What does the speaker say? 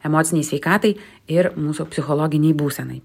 emocinei sveikatai ir mūsų psichologinei būsenai